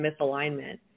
misalignment